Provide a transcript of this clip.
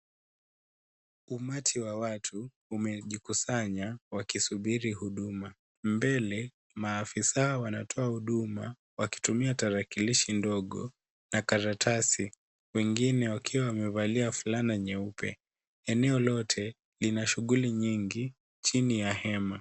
Umati wa watu umejikusanya wakisubiri huduma. Mbele maafisa wanatoa huduma wakitumia tarakilishi ndogo na karatasi. Wengine wakiwa wamevalia fulana nyeupe. Eeneo lote lina shughuli nyingi chini ya hema.